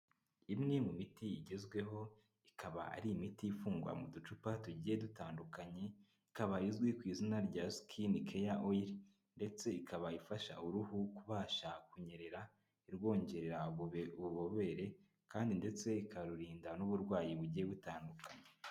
Imwe mu miti igezweho, ikaba ari imiti ifungwa mu ducupa tugiye dutandukanye, ikaba izwi ku izina rya sikini keya oyili ndetse ikaba ifasha uruhu kubasha kunyerera, irwongerera ububobere kandi ndetse ikarurinda n'uburwayi bugiye butandukanye.